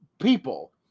people